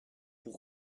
pour